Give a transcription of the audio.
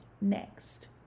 next